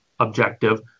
objective